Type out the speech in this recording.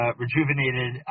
rejuvenated